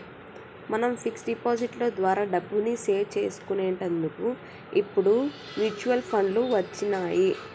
మనం fix deposit లో ద్వారా డబ్బుని సేవ్ చేసుకునేటందుకు ఇప్పుడు మ్యూచువల్ ఫండ్లు వచ్చినియ్యి